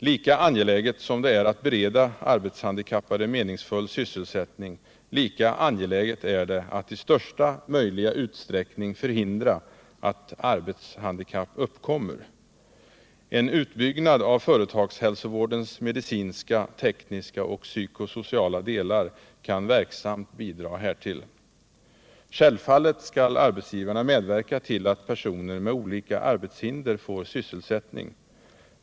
Lika angeläget som det är att bereda arbetshandikappade meningsfull sysselsättning, lika angeläget är det att i största möjliga utsträckning 41 förhindra att arbetshandikapp uppkommer. En utbyggnad av företagshälsovårdens medicinska, tekniska och psykosociala delar kan verksamt bidra härtill. Självfallet skall arbetsgivarna medverka till att personer med olika arbetshinder får sysselsättning.